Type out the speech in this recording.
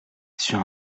sur